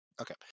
Okay